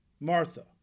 Martha